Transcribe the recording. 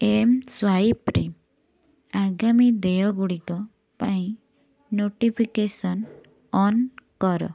ଏମ୍ସ୍ୱାଇପ୍ରେ ଆଗାମୀ ଦେୟଗୁଡ଼ିକ ପାଇଁ ନୋଟିଫିକେସନ୍ ଅନ୍ କର